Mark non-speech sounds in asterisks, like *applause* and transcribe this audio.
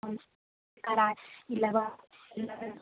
*unintelligible*